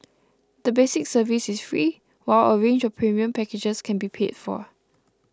the basic service is free while a range of premium packages can be paid for